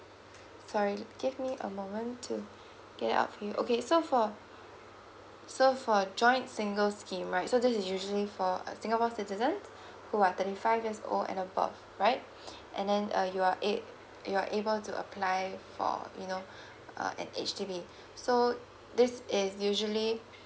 sorry give me a moment to get out for you okay so for so for joints single scheme right so this is usually for uh singapore citizens who are thirty five years old and about right and then uh you are a~ you are able to apply for you know uh at H_D_B so this is usually